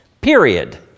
Period